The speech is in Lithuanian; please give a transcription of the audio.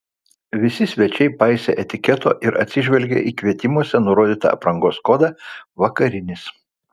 visi svečiai paisė etiketo ir atsižvelgė į kvietimuose nurodytą aprangos kodą vakarinis